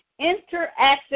Interactive